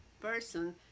person